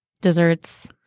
desserts